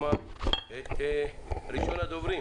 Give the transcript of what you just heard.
ראשון הדוברים